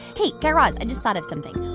hey, guy raz, i just thought of something.